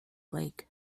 lake